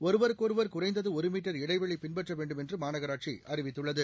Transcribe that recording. ஒருவருக்கொருவா் குறைந்தது ஒரு மீட்டர் இடைவெளி பின்பற்ற வேண்டும் என்று மாநகராட்சி அறிவித்துள்ளது